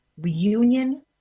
reunion